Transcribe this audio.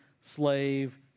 slave